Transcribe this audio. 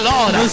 Lord